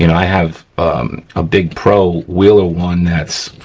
you know i have a big pro wheeler one that's,